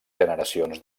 generacions